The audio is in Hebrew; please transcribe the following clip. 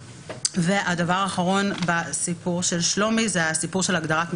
ההערה אחרונה לגבי שלומי היא בעניין הגדרת מפגע.